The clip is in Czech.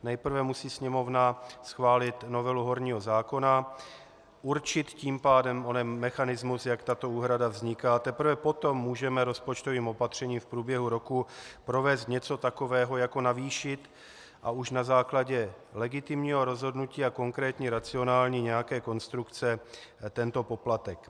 Nejprve musí Sněmovna schválit novelu horního zákona, určit tím pádem onen mechanismus, jak tato úhrada vzniká, a teprve potom můžeme rozpočtovým opatřením v průběhu roku provést něco takového jako navýšit, a už na základě legitimního rozhodnutí a konkrétní, nějaké racionální konstrukce, tento poplatek.